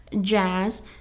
Jazz